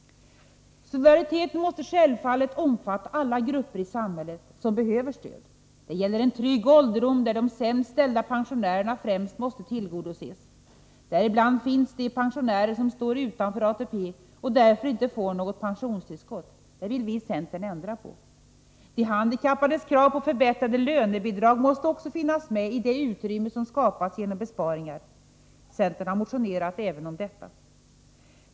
Solidariteten måste självfallet omfatta alla grupper i samhället som behöver stöd. Det gäller en trygg ålderdom där de sämst ställda pensionärerna främst måste tillgodoses. Däribland finns de pensionärer som står utanför ATP och därför inte får något pensionstillskott. Det vill vi i centern ändra på. De handikappades krav på förbättrade lönebidrag måste också finnas med i det utrymme som skapas genom besparingar. Centern har motionerat även om detta.